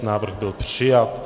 Návrh byl přijat.